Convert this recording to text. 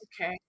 Okay